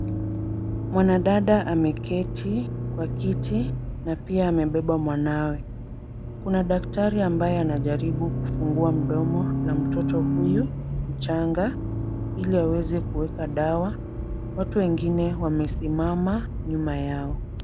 Mwanadada ameketi kwa kiti na pia amebeba mwanawe. Kuna daktari ambaye anajaribu kufungua mdomo la mtoto huyu mchanga ili aweze kuweka dawa. Watu wengine wamesimama nyuma yao.